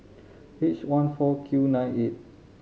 H one four Q nine eight